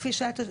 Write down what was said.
כפי שאת,